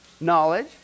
knowledge